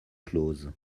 close